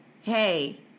hey